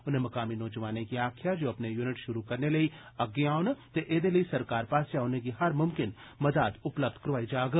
उनें मुकामी नौजवानें गी आखेआ जे ओह् अपने युनिट शुरु करने लेई अग्गे औन ते एहदे लेई सरकार पास्सेआ उनें'गी हर मुमकिन मदाद उपलब्ध करोआई जाग